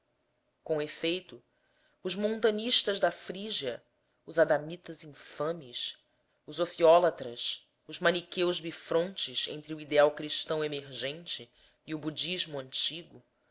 com efeito os montanistas da frígia os adamitas infames os ofiólatras os maniqueus bifrontes entre o ideal cristão emergente e o budismo antigo